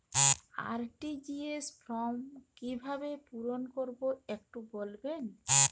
RTGS form কিভাবে পূরণ করবো একটু বলবেন?